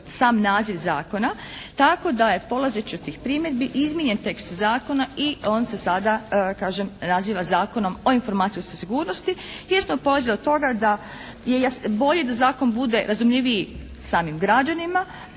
sam naziv zakona, tako da je polazeći od tih primjedbi izmijenjen tekst zakona i on se sada kažem naziva Zakonom o informacijskoj sigurnosti, jer smo polazili od toga da je bolje da zakon bude razumljiviji samim građanima